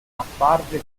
apparve